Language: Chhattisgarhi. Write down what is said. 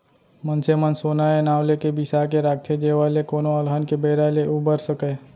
मनसे मन सोना ए नांव लेके बिसा के राखथे जेखर ले कोनो अलहन के बेरा ले उबर सकय